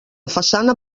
façana